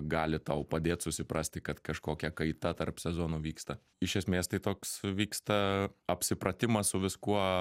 gali tau padėt susiprasti kad kažkokia kaita tarp sezonų vyksta iš esmės tai toks vyksta apsipratimas su viskuo